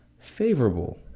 favorable